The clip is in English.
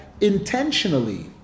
intentionally